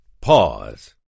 pause